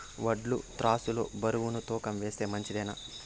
వడ్లు త్రాసు లో బరువును తూకం వేస్తే మంచిదేనా?